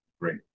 great